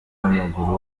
w’amaguru